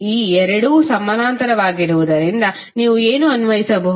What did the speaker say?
ಈ ಎರಡು ಸಮಾನಾಂತರವಾಗಿರುವುದರಿಂದ ನೀವು ಏನು ಅನ್ವಯಿಸಬಹುದು